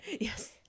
Yes